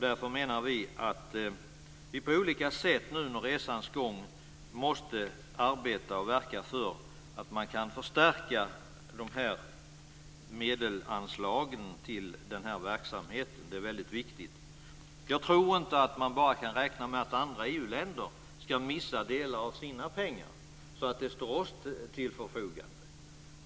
Därför menar vi att vi på olika sätt nu under resans gång måste arbeta och verka för att förstärka medelsanslagen till denna verksamhet. Det är väldigt viktigt. Jag tror inte att man bara kan räkna med att andra EU-länder ska missa delar av sina pengar så att de står till Sveriges förfogande.